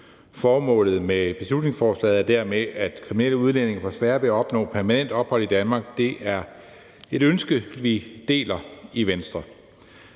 Formålet med beslutningsforslaget er dermed, at kriminelle udlændinge får sværere ved at opnå permanent ophold i Danmark. Det er et ønske, vi deler i Venstre.